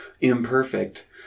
imperfect